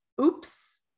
oops